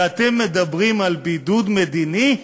ואתם מדברים על בידוד מדיני,